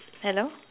hello